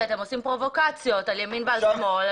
לא, כי אתם עושים פרובוקציות על ימין ועל שמאל.